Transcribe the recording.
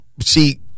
see